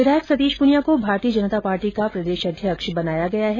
विधायक सतीश पूनिया को भारतीय जनता पार्टी का प्रदेशाध्यक्ष बनाया गया है